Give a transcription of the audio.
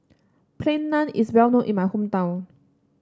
Plain Naan is well known in my hometown